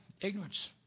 Ignorance